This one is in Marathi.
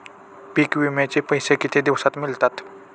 पीक विम्याचे पैसे किती दिवसात मिळतात?